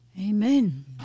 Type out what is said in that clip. Amen